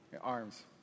arms